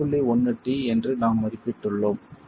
1 t என்று நாம் மதிப்பிட்டுள்ளோம்